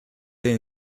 they